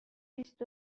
بیست